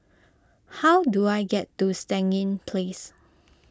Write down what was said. how do I get to Stangee Place